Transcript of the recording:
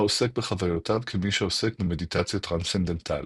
העוסק בחוויותיו כמי שעוסק במדיטציה טרנסצנדנטלית.